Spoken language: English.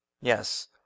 Yes